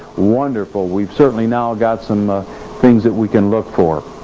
wonderful, we've certainly now got some ah things that we could look for.